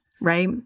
right